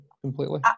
completely